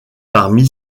parmi